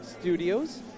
studios